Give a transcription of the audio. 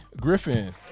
Griffin